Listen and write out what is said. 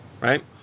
right